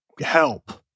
help